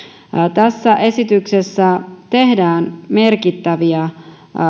tässä esityksessä tehdään merkittäviä